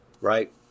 Right